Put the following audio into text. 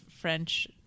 French